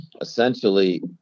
Essentially